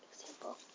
example